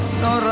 no